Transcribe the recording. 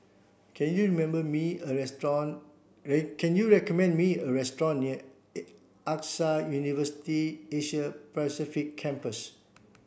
can you member me a restaurant can you recommend me a restaurant near AXA University Asia Pacific Campus